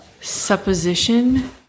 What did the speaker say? supposition